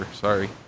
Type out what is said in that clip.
sorry